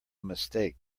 mistake